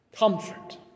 Comfort